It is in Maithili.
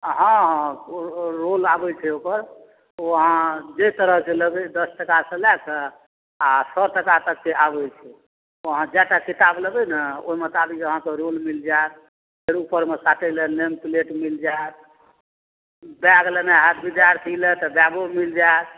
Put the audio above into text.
हॅं हॅं ओ रोल आबै छै ओकर ओ आहाँ जइ तरहके लेबै दस टाका सँ लए कऽ आ सए टाका तकके आबै छै ओ आहाँ जए टा किताब लेबै ने ओहि मोताबिक आहाँके रोल मिल जायत फेर ऊपर मे साटै लए नेमप्लेट मिल जायत बैग लेने होयत विद्यार्थी ल तऽ बैगो मिल जायत